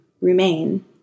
remain